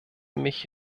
mich